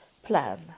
Plan